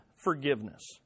forgiveness